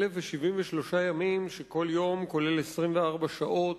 1,073 ימים, שכל יום כולל 24 שעות,